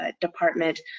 department